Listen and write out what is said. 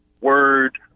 word